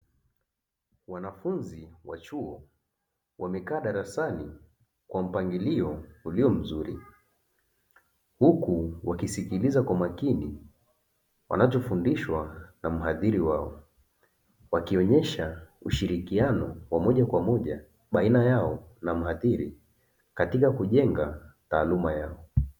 Wanafunzi wa chuo wamekaa darasani kwa mpangilio ulio mzuri huku wakisikiliza kwa makini wanachofundishwa na mhadhiri wao, wakionyesha ushirikiano wa moja kwa moja baina yao na mhadhiri katika kujenga taaluma yao.